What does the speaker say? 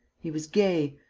he was gay,